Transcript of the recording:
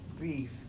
beef